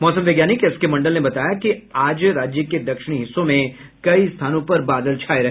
मौसम वैज्ञानिक S K Mandal ने बताया कि आज राज्य के दक्षिणी हिस्सों में कई स्थानों पर बादल छाये रहे